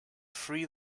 free